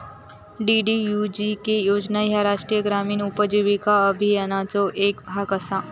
DDUGK योजना ह्या राष्ट्रीय ग्रामीण उपजीविका अभियानाचो येक भाग असा